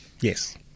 Yes